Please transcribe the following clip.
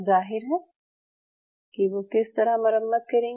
जाहिर है कि वो किस तरह मरम्मत करेंगी